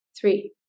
Three